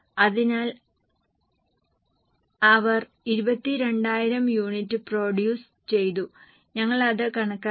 അതിനാൽ അവർ 22000 units produce ചെയ്തു ഞങ്ങൾ അത് കണക്കാക്കി